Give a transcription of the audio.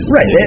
Right